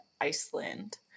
Iceland